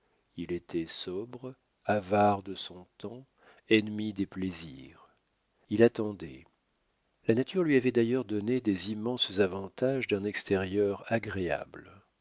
il était sobre avare de son temps ennemi des plaisirs il attendait la nature lui avait d'ailleurs donné les immenses avantages d'un extérieur agréable